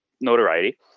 notoriety